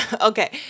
Okay